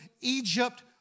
Egypt